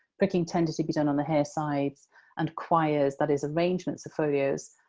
pricking tended to be done on the hair sides and quires that is, arrangements of folios